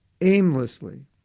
aimlessly